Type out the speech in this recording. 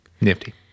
Nifty